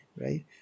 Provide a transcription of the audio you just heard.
Right